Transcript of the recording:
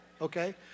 Okay